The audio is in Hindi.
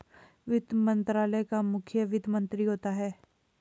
वित्त मंत्रालय का मुखिया वित्त मंत्री होता है